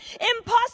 impossible